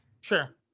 Sure